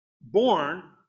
born